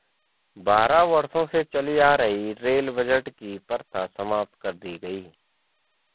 बारह वर्षों से चली आ रही रेल बजट की प्रथा समाप्त कर दी गयी